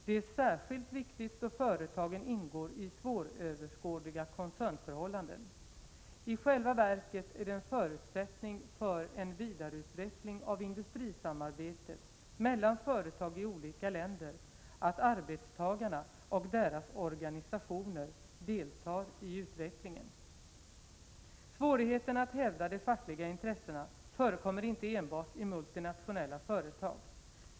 Detta är särskilt viktigt då företagen ingår i svåröverskådliga koncernförhållanden. I själva verket är det en förutsättning för en vidareutveckling av industrisamarbetet mellan företag i olika länder att arbetstagarna och deras organisationer deltar i utvecklingen. Svårigheterna att hävda de fackliga intressena förekommer inte enbart i multinationella företag.